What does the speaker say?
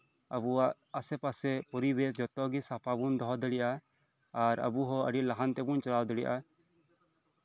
ᱟᱵᱚᱣᱟᱜ ᱟᱥᱮ ᱯᱟᱥᱮ ᱯᱚᱨᱤᱵᱮᱥ ᱡᱚᱛᱚ ᱜᱮ ᱥᱟᱯᱷᱟ ᱵᱚᱱ ᱫᱚᱦᱚ ᱫᱟᱲᱮᱭᱟᱜᱼᱟ ᱟᱨ ᱟᱵᱚ ᱦᱚᱸ ᱟᱹᱰᱤ ᱞᱟᱦᱟᱱᱛᱤ ᱵᱚᱱ ᱪᱟᱞᱟᱣ ᱫᱟᱲᱮᱭᱟᱜᱼᱟ